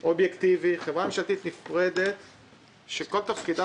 אובייקטיבי, חברה ממשלתית נפרדת שכל תפקידה